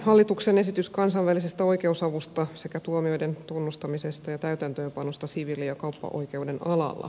hallituksen esitys kansainvälisestä oikeusavusta sekä tuomioiden tunnustamisesta ja täytäntöönpanosta siviili ja kauppaoikeuden alalla